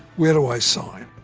where do i sign?